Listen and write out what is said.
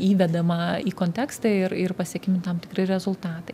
įvedama į kontekstą ir ir pasiekiami tam tikri rezultatai